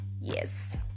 yes